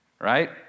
right